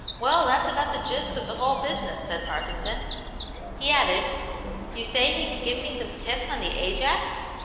well, that's about the gist of the whole business, said parkinson he added you say he can give me some tips on the ajax?